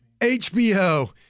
HBO